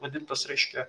vadintas reiškia